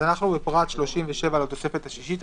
אנחנו בפרט (37) לתוספת השישית.